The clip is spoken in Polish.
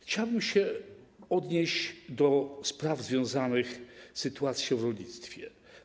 Chciałbym się odnieść do spraw związanych z sytuacją w rolnictwie.